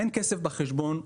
שאין כסף בחשבון,